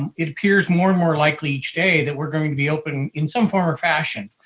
and it appears more and more likely each day that we're going to be open in some form or fashion.